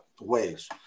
ways